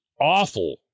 awful